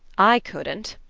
i couldn't,